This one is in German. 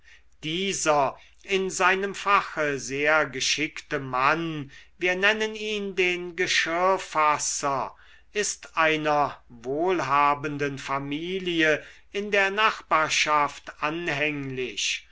dieser in seinem fache sehr geschickte mann wir nennen ihn den geschirrfasser ist einer wohlhabenden familie in der nachbarschaft anhänglich